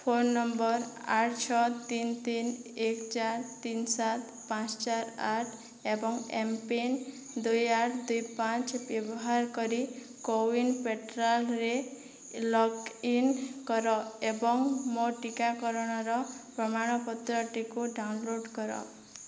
phone number ଆଠ ଛଅ ତିନି ତିନି ଏକ ଚାରି ତିନି ସାତ ପାଞ୍ଚ ଚାରି ଆଠ ଏବଂ ଏମ୍ ପିନ୍ ଦୁଇ ଆଠ ଦୁଇ ପାଞ୍ଚ ବ୍ୟବହାର କରି କୋୱିନ୍ ପେଟ୍ରାଲ୍ରେ ଲଗ୍ଇନ୍ କର ଏବଂ ମୋର ଟିକାକରଣର ପ୍ରମାଣପତ୍ରଟିକୁ ଡାଉନଲୋଡ଼୍ କର